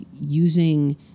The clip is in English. using